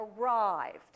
arrived